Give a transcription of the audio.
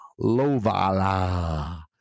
Lovala